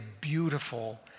beautiful